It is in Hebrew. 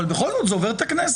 אבל בכל זאת זה עובר את הכנסת.